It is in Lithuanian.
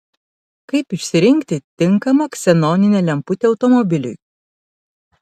kaip išsirinkti tinkamą ksenoninę lemputę automobiliui